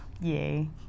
yay